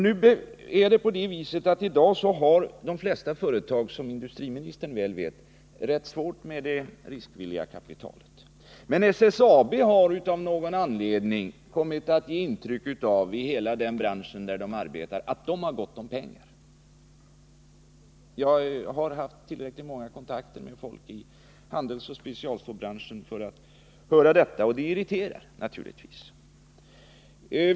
Nu är det på det viset att de flesta företag i dag, som industriministern väl vet, har rätt svårt med det riskvilliga kapitalet, men SSAB har av någon anledning kommit att ge intryck av —-i hela den bransch där SSAB arbetar — att ha gott om pengar. Jag har haft tillräckligt många kontakter med folk inom handelsoch specialstålsbranschen för att höra detta. Och det irriterar naturligtvis.